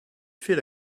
fait